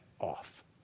off